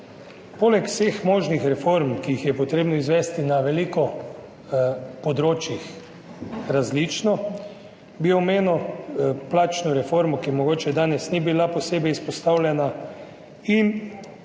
Poleg vseh možnih reform, ki jih je treba izvesti na veliko različnih področjih, bi omenil plačno reformo, ki mogoče danes ni bila posebej izpostavljena in tudi del tega